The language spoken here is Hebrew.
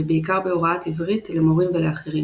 ובעיקר בהוראת עברית למורים ולאחרים.